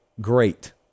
great